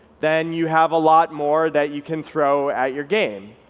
then you have a lot more that you can throw at your game.